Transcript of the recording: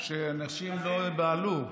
שאנשים לא ייבהלו.